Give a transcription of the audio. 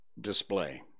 display